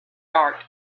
art